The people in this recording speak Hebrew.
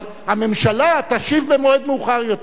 אבל הממשלה תשיב במועד מאוחר יותר,